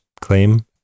claim